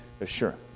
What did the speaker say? assurance